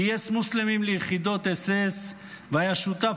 גייס מוסלמים ליחידות אס.אס והיה שותף